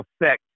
affect